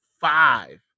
five